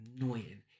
annoying